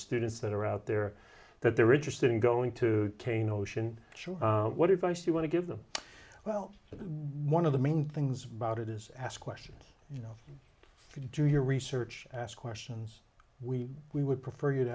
students that are out there that they're interested in going to cane ocean what if i say you want to give them well one of the main things about it is ask questions you know do your research ask questions we we would prefer you